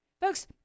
Folks